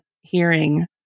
hearing